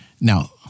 Now